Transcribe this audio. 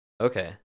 Okay